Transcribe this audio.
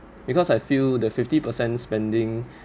because I feel that fifty percent spending